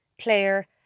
Claire